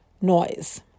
noise